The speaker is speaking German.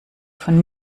von